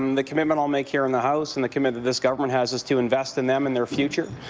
um the commitment i'll make here in the house and the commitment this government has is to invest in them and their future.